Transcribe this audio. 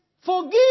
forgive